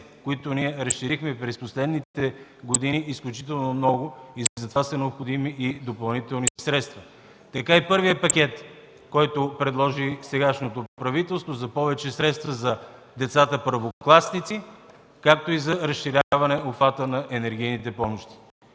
които ние разширихме изключително много през последните години. Затова са необходими допълнителни средства. Такъв е и първият пакет, който предложи сегашното правителство – за повече средства за децата първокласници, както и за разширяване обхвата на енергийните помощи.